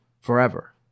forever